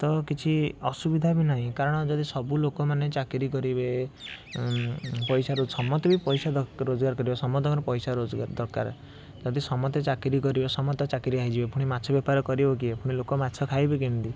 ତ କିଛି ଅସୁବିଧା ବି ନାହିଁ କାରଣ ଯଦି ସବୁ ଲୋକମାନେ ଚାକିରି କରିବେ ପଇସାର ସମସ୍ତେ ବି ପଇସା ଦ ରୋଜଗାର କରିବା ସମସ୍ତଙ୍କର ପଇସା ରୋଜଗାର ଦରକାର ଯଦି ସମସ୍ତେ ଚାକିରି କରିବେ ସମସ୍ତେ ଚାକିରିଆ ହେଇଯିବେ ଫୁଣି ମାଛ ବେପାର କରିବ କିଏ ଫୁଣି ଲୋକ ମାଛ ଖାଇବେ କେମିତି